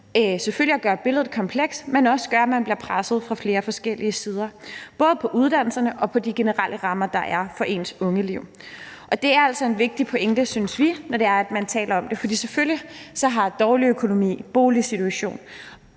selvfølgelig med til at gøre billedet kompleks, men de gør også, at man bliver presset fra flere forskellige sider, både på uddannelserne og på de generelle rammer, der er for et ungeliv. Og det er altså en vigtig pointe, synes vi, når det er, man taler om det, for selvfølgelig har dårlig økonomi, boligsituation